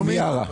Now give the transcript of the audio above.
גלי מיארה,